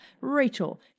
Rachel